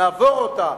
נעבור אותה,